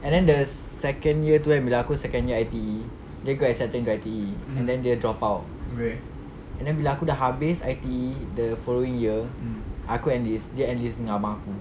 and then the second year tu kan bila aku second year I_T_E dia got accepted into I_T_E then dia dropout and then bila aku dah habis I_T_E the following year aku enlist dia enlist dengan abang aku